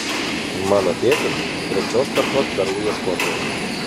mano tėtis trečios kartos perlų ieškotojas